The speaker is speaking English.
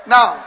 Now